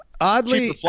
oddly